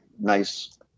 nice